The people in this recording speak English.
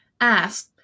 asked